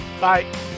Bye